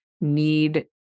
need